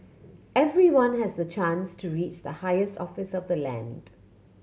everyone has the chance to reach the highest office of the land